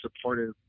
supportive